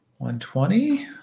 120